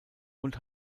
und